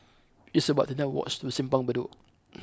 it's about thirty nine walks to Simpang Bedok